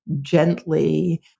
gently